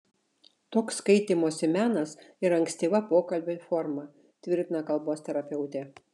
toks kaitymosi menas yra ankstyva pokalbio forma tvirtina kalbos terapeutė